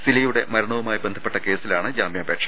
സിലി യുടെ മരണവുമായി ബന്ധപ്പെട്ട കേസിലാണ് ജാമ്യാപേക്ഷ